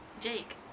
Jake